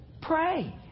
pray